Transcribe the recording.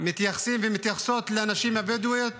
מתייחסים ומתייחסות לנשים הבדואיות